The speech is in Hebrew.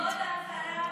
כבוד השרה,